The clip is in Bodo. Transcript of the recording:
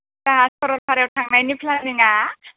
जाहा सरलपारायाव थांनायनि प्लेनिंआ